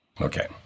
Okay